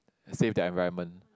save their environment